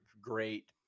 great